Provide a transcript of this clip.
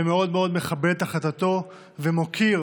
ומאוד מאוד מכבד את החלטתו ומוקיר